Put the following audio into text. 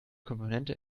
komponente